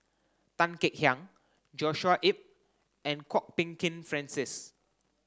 Tan Kek Hiang Joshua Ip and Kwok Peng Kin Francis